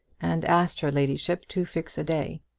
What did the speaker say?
and asked her ladyship to fix a day.